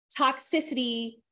toxicity